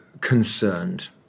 concerned